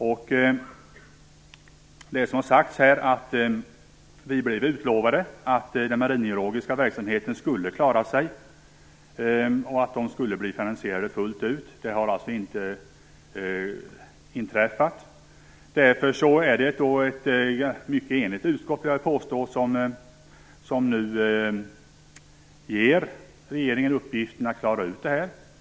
Som här har sagts fick vi löfte om att den maringeologiska verksamheten skulle klara sig och att de skulle bli finansierade fullt ut. Så har inte blivit fallet. Därför är det ett mycket enigt utskott, vill jag påstå, som nu ger regeringen uppgiften att klara ut situationen.